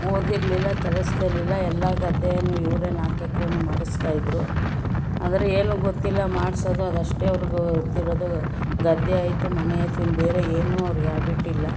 ಓದಿರಲಿಲ್ಲ ಕೆಲ್ಸದಲಿಲ್ಲ ಎಲ್ಲ ಗದ್ದೆ ಏನು ಇವರೇ ನಾಲ್ಕು ಎಕ್ರೆಯೂ ಮಾಡಿಸ್ತಾ ಇದ್ದರು ಆದರೆ ಏನೂ ಗೊತ್ತಿಲ್ಲ ಮಾಡಿಸೋದು ಅದಷ್ಟೇ ಅವ್ರಿಗೆ ಗೊತ್ತಿರೋದು ಗದ್ದೆ ಆಯಿತು ಮನೆ ಆಯಿತು ಇನ್ನು ಬೇರೆ ಏನೂ ಅವ್ರಿಗೆ ಹ್ಯಾಬಿಟ್ಟಿಲ್ಲ